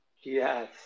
yes